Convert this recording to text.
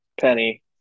Penny